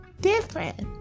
Different